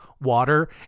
water